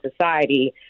society